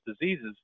diseases